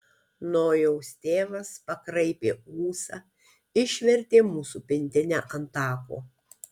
nojaus tėvas pakraipė ūsą išvertė mūsų pintinę ant tako